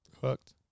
hooked